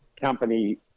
company